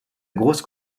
grosse